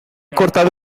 cortado